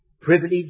privilege